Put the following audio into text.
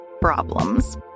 problems